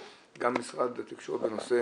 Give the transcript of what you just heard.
גם משרד התקשורת בנושא